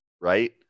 right